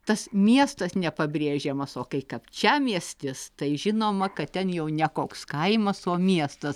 tas miestas nepabrėžiamas o kai kapčiamiestis tai žinoma kad ten jau ne koks kaimas o miestas